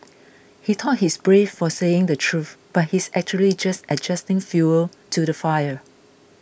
he thought he's brave for saying the truth but he's actually just adding fuel to the fire